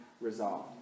resolved